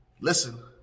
Listen